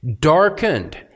darkened